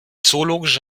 zoologische